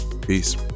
Peace